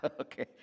Okay